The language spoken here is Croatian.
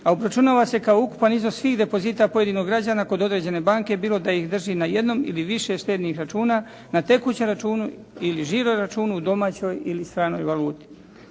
a obračunava se kao ukupan iznos svih depozita pojedinog građana kod određene banke bilo da ih drži na jednom ili više štednih računa, na tekućem računu ili žiro računu u domaćoj ili stranoj valuti.